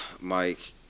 Mike